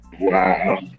Wow